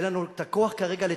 ואין לנו הכוח כרגע לתקן,